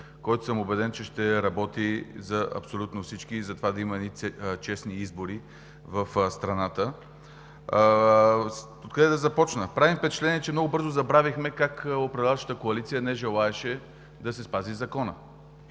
който съм убеден, че ще работи за абсолютно всички и за това да има едни честни избори в страната. Откъде да започна? Прави ми впечатление, че много бързо забравихме как управляващата коалиция не желаеше да се спази закона!